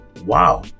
wow